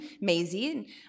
Maisie